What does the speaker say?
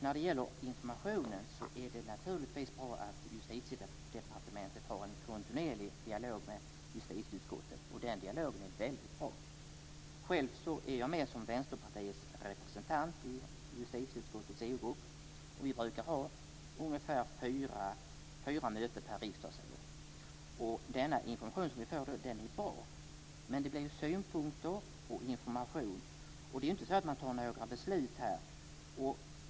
När det gäller informationen är det naturligtvis bra att Justitiedepartementet har en kontinuerlig dialog med justitieutskottet. Den dialogen är väldigt bra. Själv är jag med som Vänsterpartiets representant i justitieutskottets EU-grupp. Vi brukar ha ungefär fyra möten per riksdagsår. Den information som vi får är bra, men det blir bara synpunkter och information. Det är inte så att man fattar några beslut.